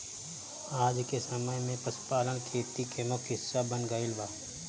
आजके समय में पशुपालन खेती के मुख्य हिस्सा बन गईल बा